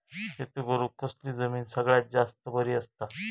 शेती करुक कसली जमीन सगळ्यात जास्त बरी असता?